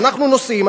ואנחנו נוסעים,